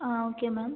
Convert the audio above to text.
ah okay ma'am